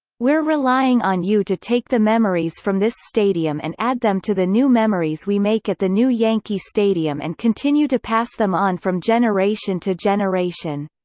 we're relying on you to take the memories from this stadium and add them to the new memories we make at the new yankee stadium and continue to pass them on from generation to generation.